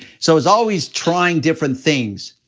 so it's always trying different things,